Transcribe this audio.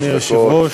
אדוני היושב-ראש,